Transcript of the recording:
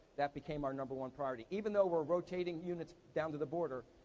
that became our number one priority, even though we're rotating units down to the border,